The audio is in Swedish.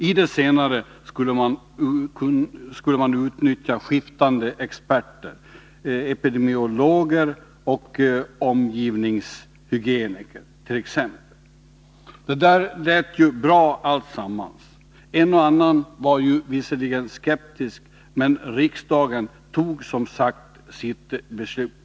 I det senare skulle man utnyttja skiftande experter, t.ex. epidemiologer och omgivningshygieniker. Det där lät ju bra alltsammans. En och annan var Vikerligen skeptisk, men riksdagen fattade som sagt sitt beslut.